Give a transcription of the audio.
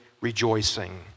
rejoicing